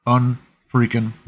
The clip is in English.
unfreaking